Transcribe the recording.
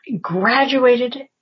graduated